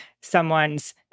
someone's